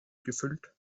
gefüllt